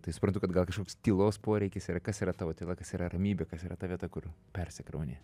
tai suprantu kad gal kažkoks tylos poreikis yra kas yra tavo tyla kas yra ramybė kas yra ta vieta kur persikrauni